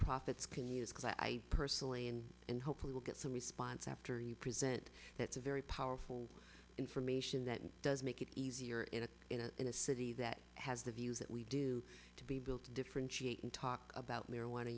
nonprofits can use because i personally and and hopefully will get some response after you present it's a very powerful information that does make it easier in a in a in a city that has the views that we do to be built to differentiate and talk about marijuana